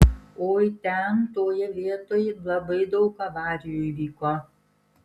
oi ten toje vietoj labai daug avarijų įvyko